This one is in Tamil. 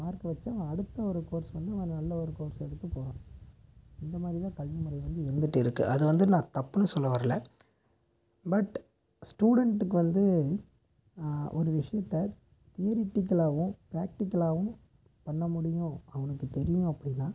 மார்க்கை வச்சா அடுத்து வர கோர்ஸ் வந்து அவன் நல்ல ஒரு கோர்ஸை எடுத்து போகிறான் அந்த மாதிரிதான் கல்விமுறை வந்து இயங்கிட்டு இருக்குது அதை வந்து நான் தப்புனு சொல்ல வர்லை பட் ஸ்டூடெண்ட்டுக்கு வந்து ஒரு விஷயத்தை தியரிட்டிகலாவும் ப்ராக்டிகலாவும் பண்ண முடியும் அவனுக்கு தெரியும் அப்படினா